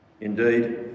Indeed